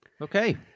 Okay